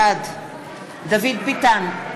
בעד דוד ביטן,